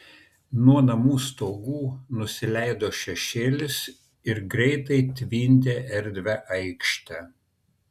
nuo namų stogų nusileido šešėlis ir greitai tvindė erdvią aikštę